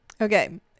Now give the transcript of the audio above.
Okay